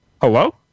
hello